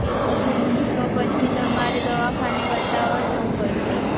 એવું છે તો પછી તમારે દવાખાને બતાવવા જવું પડશે